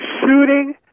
shooting